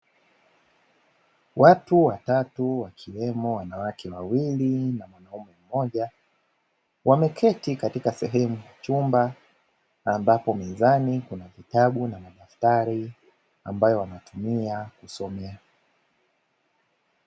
Watu watatu wakiwemo wanawake wawili na mwanaume mmoja, wameketi katika sehemu ya chumba ambapo mezani kuna vitabu na madaftari ambayo wanatumia kujisomea.